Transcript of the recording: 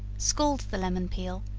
scald the lemon peel,